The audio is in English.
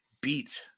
beat